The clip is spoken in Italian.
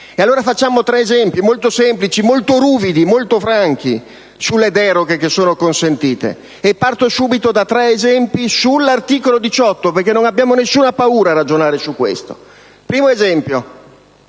Cito tre esempi molto semplici, ruvidi e franchi sulle deroghe che sono consentite. Parto subito da tre esempi sull'articolo 18, perché non abbiamo nessuna paura a ragionare su questo tema.